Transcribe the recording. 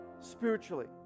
Spiritually